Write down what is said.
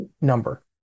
number